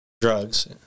drugs